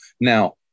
Now